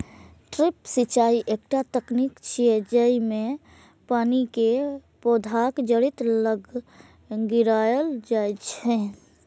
drip सिंचाइ एकटा तकनीक छियै, जेइमे पानि कें पौधाक जड़ि लग गिरायल जाइ छै